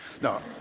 No